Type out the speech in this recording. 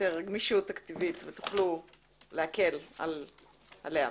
גמישות תקציבית ותוכלו להקל עליה.